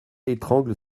étrangle